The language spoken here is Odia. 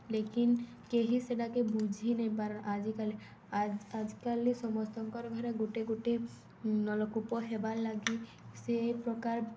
ଲେକିନ୍ କେହି ସେଟାକେ ବୁଝି ନାଇଁ ପାରନ୍ ଆଜିକାଲି ଆଜିକାଲି ସମସ୍ତଙ୍କର୍ ଘରେ ଗୁଟେ ଗୁଟେ ନଲକୂପ ହେବାର୍ ଲାଗି ସେ ପ୍ରକାର